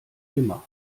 immer